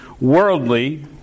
worldly